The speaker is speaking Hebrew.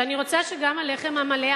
שאני רוצה שגם הלחם המלא,